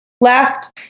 Last